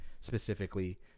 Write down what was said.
specifically